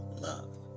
love